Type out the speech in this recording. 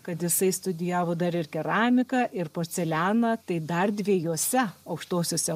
kad jisai studijavo dar ir keramiką ir porcelianą tai dar dviejose aukštosiose